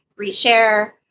reshare